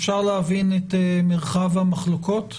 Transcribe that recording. אפשר להבין את מרחב המחלוקות?